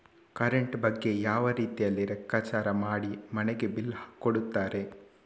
Current ಬಗ್ಗೆ ಯಾವ ರೀತಿಯಲ್ಲಿ ಲೆಕ್ಕಚಾರ ಮಾಡಿ ಮನೆಗೆ ಬಿಲ್ ಕೊಡುತ್ತಾರೆ?